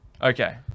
Okay